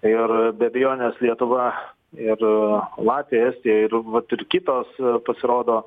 ir be abejonės lietuva ir latvija estija ir vat ir kitos pasirodo